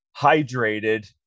hydrated